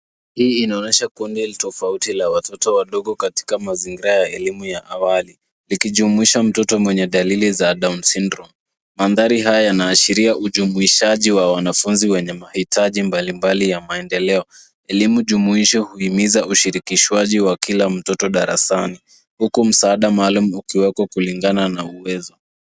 Hii inaonyesha kundi tofauti la watoto wadogo katika mazingira ya elimu ya awali likijumuisha mtoto mwenye dalili za downsyndrome . Mandhari haya yanaashiria ujumuishaji wa wanafunzi wenye mahitaji mbalimbali ya maendeleo. Elimu jumuishi huhimiza ushirikishwaji wa kila mtoto darasani, huku msaada maalum ukiweko kulingana na uwezo.